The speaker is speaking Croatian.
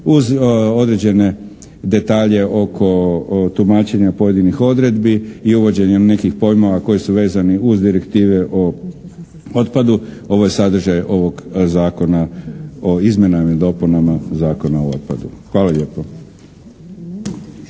uz određene detalje oko tumačenja pojedinih odredbi i uvođenjem nekih pojmova koji su vezani uz direktive o otpadu, ovo je sadržaj ovog Zakona o izmjenama i dopunama Zakona o otpadu. Hvala lijepo.